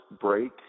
break